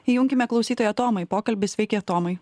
įjunkime klausytoją tomą į pokalbį sveiki tomai